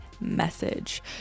message